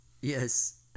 Yes